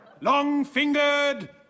long-fingered